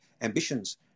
ambitions